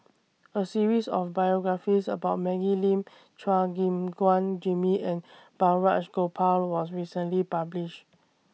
A series of biographies about Maggie Lim Chua Gim Guan Jimmy and Balraj Gopal was recently published